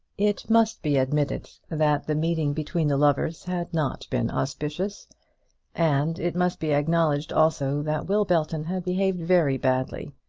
it must be admitted that the meeting between the lovers had not been auspicious and it must be acknowledged, also, that will belton had behaved very badly.